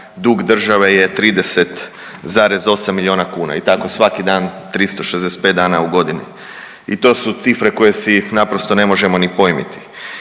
dug države je 30,8 milijuna kuna i tako svaki dan 365 dana u godini. I to su cifre koje si naprosto ne možemo ni pojmiti.